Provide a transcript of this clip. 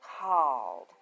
called